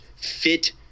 fit